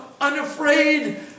unafraid